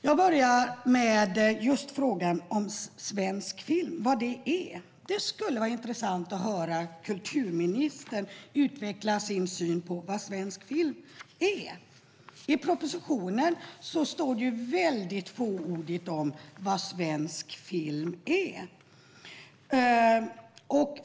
Jag börjar med frågan vad svensk film är. Det skulle vara intressant att höra kulturministern utveckla sin syn på vad svensk film är. Propositionen är väldigt fåordig om det.